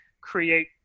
create